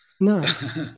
Nice